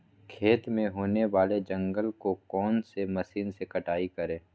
खेत में होने वाले जंगल को कौन से मशीन से कटाई करें?